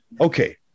Okay